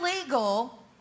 illegal